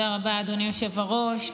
תודה רבה, אדוני היושב-ראש.